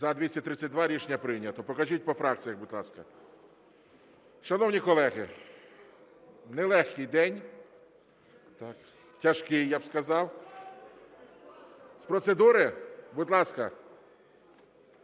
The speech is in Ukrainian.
За-232 Рішення прийнято. Покажіть по фракціях, будь ласка. Шановні колеги, нелегкий день, тяжкий, я б сказав. (Шум у залі) З процедури? Будь ласка.